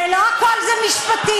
ולא הכול משפטי.